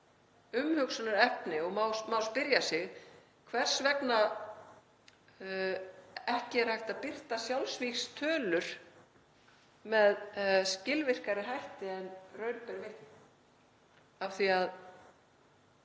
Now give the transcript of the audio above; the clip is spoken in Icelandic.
umhugsunarefni og má spyrja sig hvers vegna ekki er hægt að birta sjálfsvígstölur með skilvirkari hætti en raun ber vitni, af því að